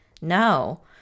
no